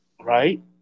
Right